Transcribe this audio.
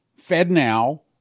FedNow